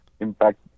Impact